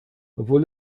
obwohl